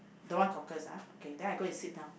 don't want cockles ah okay then I go and sit down